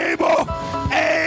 Able